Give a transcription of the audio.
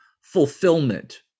fulfillment